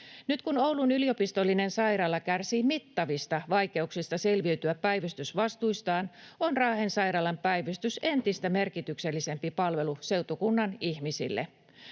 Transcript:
Nyt kun Oulun yliopistollinen sairaala kärsii mittavista vaikeuksista selviytyä päivystysvastuistaan, on Raahen sairaalan päivystys entistä merkityksellisempi palvelu seutukunnan ihmisille.